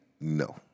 No